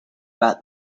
about